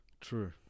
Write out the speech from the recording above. True